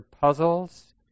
puzzles